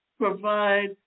provide